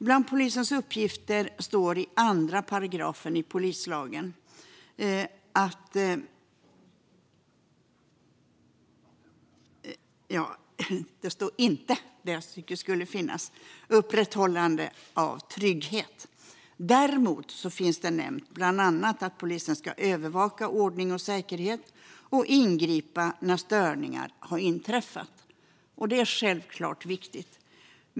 Bland polisens uppgifter i 2 § polislagen nämns inte upprätthållande av trygghet. Däremot nämns bland annat att polisen ska övervaka ordning och säkerhet och ingripa när störningar har inträffat. Det är självklart viktigt.